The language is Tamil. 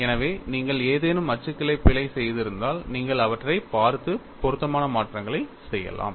எனவே நீங்கள் ஏதேனும் அச்சுக்கலை பிழை செய்திருந்தால் நீங்கள் அவற்றைப் பார்த்து பொருத்தமான மாற்றங்களைச் செய்யலாம்